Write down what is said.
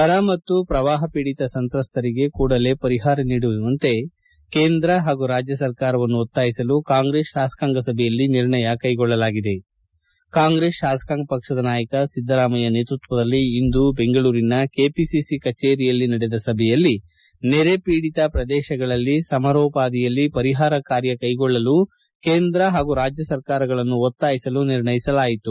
ಬರ ಮತ್ತು ಪ್ರವಾಪ ಪೀಡಿತ ಸಂತ್ರಸ್ತರಿಗೆ ಕೂಡಲೇ ಪರಿಪಾರ ನೀಡುವಂತೆ ಕೇಂದ್ರ ಪಾಗೂ ರಾಜ್ಯ ಸರ್ಕಾರವನ್ನು ಒತ್ತಾಯಿಸಲು ಕಾಂಗ್ರೆಸ್ ಶಾಸಕಾಂಗ ಸಭೆಯಲ್ಲಿ ನಿರ್ಣಯ ಕೈಗೊಳ್ಳಲಾಗಿದೆ ಕಾಂಗ್ರೆಸ್ ಶಾಸಕಾಂಗ ಪಕ್ಷದ ನಾಯಕ ಸಿದ್ದರಾಮಯ್ಯ ನೇತೃತ್ವದಲ್ಲಿ ಇಂದು ಬೆಂಗಳೂರಿನ ಕೆಪಿಸಿಸಿ ಕಚೇರಿಯಲ್ಲಿ ನಡೆದ ಸಭೆಯಲ್ಲಿ ನೆರೆ ಪೀಡಿತ ಪ್ರದೇಶಗಳಲ್ಲಿ ಸಮರೋಪಾದಿಯಲ್ಲಿ ಪರಿಪಾರ ಕಾರ್ಯ ಕೈಗೊಳ್ಳಲು ಕೇಂದ್ರ ಹಾಗೂ ರಾಜ್ಯ ಸರ್ಕಾರಗಳನ್ನು ಒತ್ತಾಯಿಸಲು ನಿರ್ಣಯಿಸಲಾಯಿತು